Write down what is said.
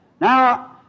Now